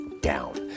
down